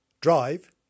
Drive